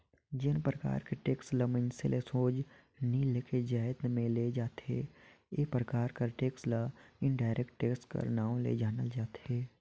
जेन परकार के टेक्स ल मइनसे ले सोझ नी लेके जाएत में ले जाथे ए परकार कर टेक्स ल इनडायरेक्ट टेक्स कर नांव ले जानल जाथे